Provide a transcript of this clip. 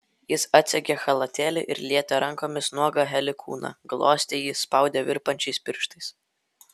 jis atsegė chalatėlį ir lietė rankomis nuogą heli kūną glostė jį spaudė virpančiais pirštais